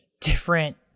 different